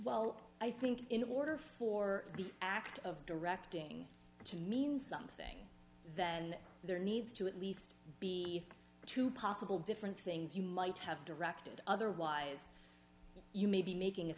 well i think in order for the act of directing to mean something that and there needs to at least be two possible different things you might have directed otherwise you may be making a